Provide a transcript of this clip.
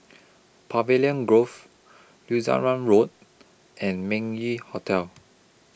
Pavilion Grove Lutheran Road and Meng Yew Hotel